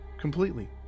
completely